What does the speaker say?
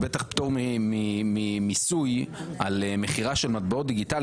בטח פטור ממיסוי על מכירה של מטבעות דיגיטליים,